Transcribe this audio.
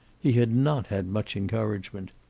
he had not had much encouragement.